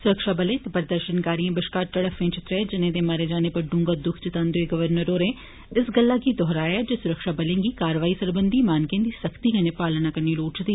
सुरक्षाबलें ते प्रदर्शनकारिएं बश्कार झड़फ्फें च त्रै जनें दे मारे जाने पर दूंहगा दुक्ख जतांदे होई गवर्नर होरें इस गल्लै गी दोहराया जे सुरक्षाबलें गी कार्रवाईए सरबंधी मानकें दी सख्ती कन्नै पालना करनी लोड़चदी